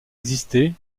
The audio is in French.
existé